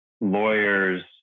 lawyers